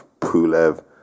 Pulev